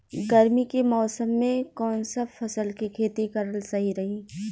गर्मी के मौषम मे कौन सा फसल के खेती करल सही रही?